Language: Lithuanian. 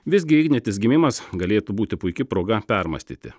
visgi ignitis gimimas galėtų būti puiki proga permąstyti